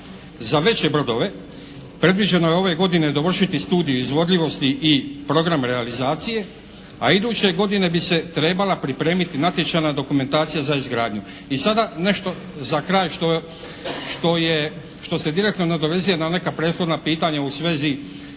Za veće brodove predviđeno je ove godine dovršiti Studij izvodljivosti i program realizacije, a iduće godine bi se trebala pripremiti natječajna dokumentacija za izgradnju. I sada nešto za kraj što je, što se direktno nadovezuje na neka prethodna pitanja u svezi